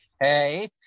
hey